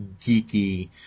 geeky